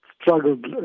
struggled